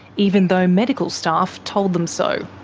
even though medical staff told them so.